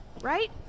right